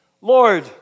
Lord